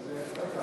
הרשויות המקומיות